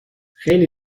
خیلی